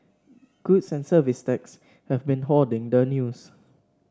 goods and Services Tax has been hoarding the news